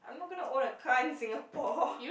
I'm not gonna own a car in Singapore